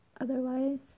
Otherwise